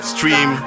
Stream